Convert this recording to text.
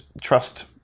trust